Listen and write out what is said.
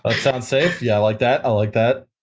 ah sounds safe, yeah. i like that. i like that.